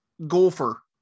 golfer